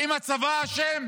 האם הצבא אשם?